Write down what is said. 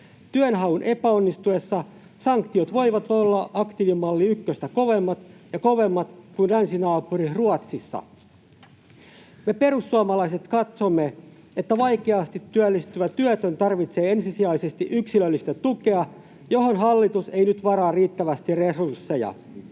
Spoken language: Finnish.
Työnhaun epäonnistuessa sanktiot voivat olla aktiivimalli ykköstä kovemmat ja kovemmat kuin länsinaapuri Ruotsissa. Me perussuomalaiset katsomme, että vaikeasti työllistyvä työtön tarvitsee ensisijaisesti yksilöllistä tukea, johon hallitus ei nyt varaa riittävästi resursseja.